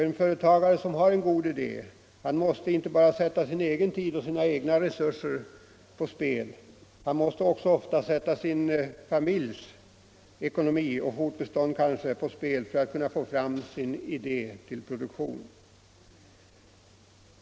En företagare som har en god idé måste inte bara sätta sin egen tid och sina egna resurser på spel. Han måste också ofta sätta sin familjs ekonomi och fortbestånd på spel för att kunna få fram sin idé till produktion.